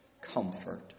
comfort